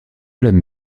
l’aime